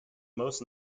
most